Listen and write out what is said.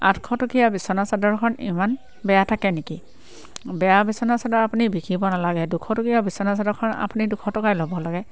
আঠশটকীয়া বিছনাচাদৰখন ইমান বেয়া থাকে নেকি বেয়া বিছনাচাদৰ আপুনি বিকিব নালাগে দুশ টকীয়া বিছনাচাদৰখন আপুনি দুশ টকাই ল'ব লাগে